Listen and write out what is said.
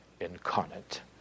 incarnate